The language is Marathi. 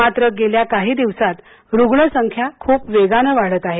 मात्र गेल्या काही दिवसात रुग्ण संख्या खूप वेगाने वाढते आहे